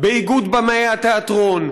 באיגוד במאי התיאטרון,